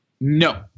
No